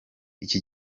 iki